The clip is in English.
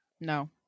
no